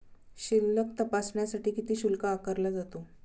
शिल्लक तपासण्यासाठी किती शुल्क आकारला जातो?